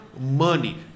money